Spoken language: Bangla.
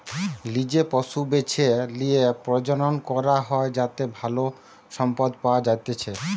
লিজে পশু বেছে লিয়ে প্রজনন করা হয় যাতে ভালো সম্পদ পাওয়া যাতিচ্চে